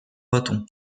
bâton